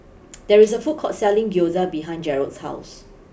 there is a food court selling Gyoza behind Jerrod's house